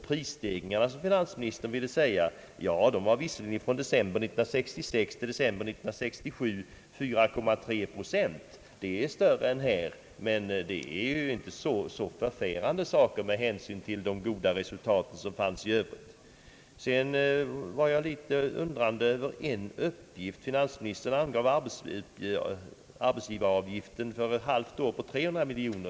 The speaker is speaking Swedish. Prisstegringarna som finansministern ville tala om var visserligen 4,3 procent från december 1966 till december 1967. Det är mer än här, men det är inte så förfärande med hänsyn till de goda resultaten i övrigt. Jag ställde mig litet undrande inför en uppgift. Finansministern angav arbetsgivaravgiften för ett halvt år till 300 miljoner.